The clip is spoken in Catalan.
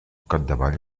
capdavall